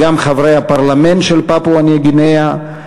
וגם חברי הפרלמנט של פפואה ניו-גינאה,